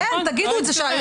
אין, תגידו את זה.